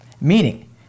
meaning